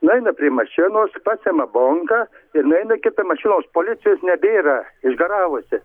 nueina prie mašinos pasiama bonką ir nueina į kią mašiną tos policijos nebėra išgaravusi